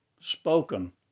spoken